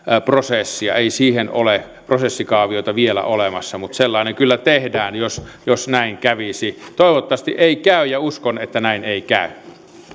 prosessia ei siihen ole prosessikaaviota vielä olemassa mutta sellainen kyllä tehdään jos jos näin kävisi toivottavasti ei käy ja uskon että näin ei käy